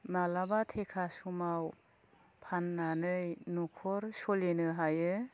मालाबा थेखा समाव फान्नानै नखर सलिनो हायो